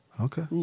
Okay